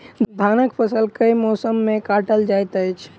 धानक फसल केँ मौसम मे काटल जाइत अछि?